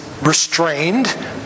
restrained